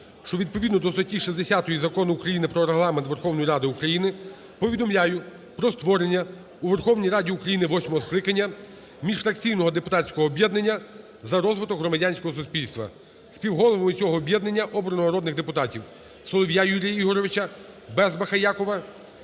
що відповідно до статті 60 Закону України "Про Регламент Верховної Ради України" повідомляю про створення у Верховній Раді України восьмого скликання міжфракційного депутатського об'єднання "За розвиток громадянського суспільства". Співголовою цього об'єднання обрано народних депутатів: Солов'я Юрія Ігоровича, Безбаха Якова